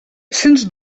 sens